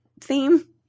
theme